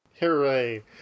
Hooray